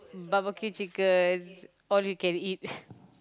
barbecue chicken all you can eat